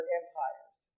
empires